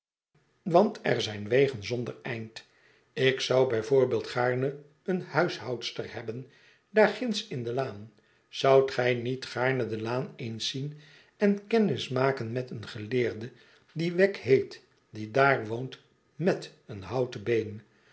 want er zijn wegen zonder eind ik zou bij voorbeeld gaarne eene huishoudster hebben daar ginds in de laan zoudt gij niet gaarne de laan eens zien en kennis maken met een geleerde die wegg heet die daar woont met een houten been